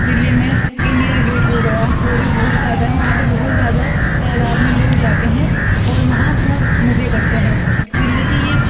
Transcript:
دلی میں India gate ہو گیا وہ بھی بہت زیادہ ہے وہاں پہ بہت زیادہ تعداد میں لوگ جاتے ہیں اور وہاں خوب مزے کرتے ہیں دلی کی یہ